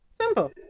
simple